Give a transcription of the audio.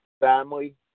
Family